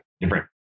different